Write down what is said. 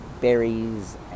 berries